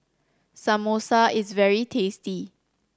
samosa is very tasty